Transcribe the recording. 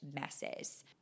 messes